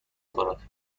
کارات